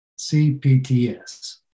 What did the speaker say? CPTS